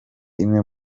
imwe